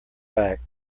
back